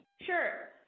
Sure